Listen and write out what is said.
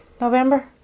November